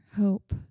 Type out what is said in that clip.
hope